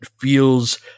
feels